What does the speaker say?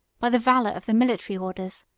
by the valor of the military orders,